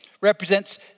Represents